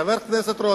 חבר הכנסת רותם,